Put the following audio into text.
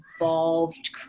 evolved